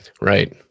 Right